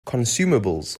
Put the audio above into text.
consumables